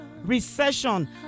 Recession